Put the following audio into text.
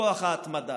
לכוח ההתמדה.